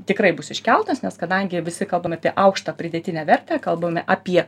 tikrai bus iškeltas nes kadangi visi kalbame apie aukštą pridėtinę vertę kalbame apie